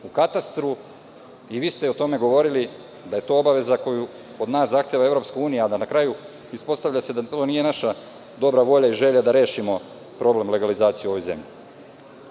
u katastru. Govorili ste da je to obaveza koju od nas zahteva EU, a da se na kraju ispostavlja da to nije naša dobra volja i želja da rešimo problem legalizacije u ovoj